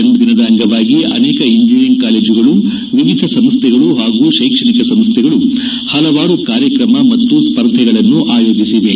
ಜನ್ನದಿನದ ಅಂಗವಾಗಿ ಅನೇಕ ಇಂಜಿನಿಯರಿಂಗ್ ಕಾಲೇಜುಗಳು ವಿವಿಧ ಸಂಸ್ವೆಗಳು ಹಾಗೂ ಶೈಕ್ಷಣಿಕ ಸಂಸ್ವೆಗಳು ಹಲವಾರು ಕಾರ್ಯಕ್ರಮ ಮತ್ತು ಸ್ವರ್ಧೆಗಳನ್ನು ಆಯೋಜಿಸಿವೆ